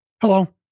Hello